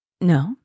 No